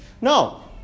No